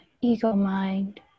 ego-mind